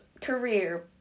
career